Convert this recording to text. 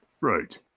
Right